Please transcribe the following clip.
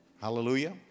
hallelujah